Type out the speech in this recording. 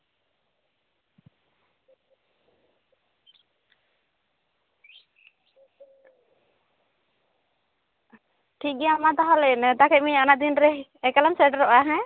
ᱴᱷᱤᱠᱜᱮᱭᱟ ᱢᱟ ᱛᱟᱦᱞᱮ ᱱᱮᱶᱛᱟ ᱠᱮᱫ ᱢᱤᱭᱟᱹᱧ ᱚᱱᱟ ᱫᱤᱱ ᱨᱮ ᱮᱠᱟᱞᱮᱢ ᱥᱮᱴᱮᱨᱚᱜᱼᱟ ᱦᱮᱸ